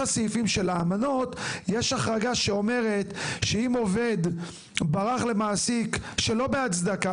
הסעיפים של האמנות יש החרגה שאומרת שאם עובד ברח למעסיק שלא בהצדקה,